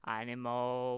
animal